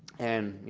and, you